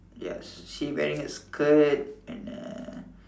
yes she wearing a skirt and uh